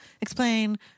explain